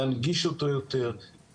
להנגיש אותו יותר,